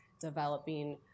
developing